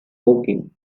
woking